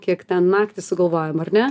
kiek ten naktį sugalvojam ar ne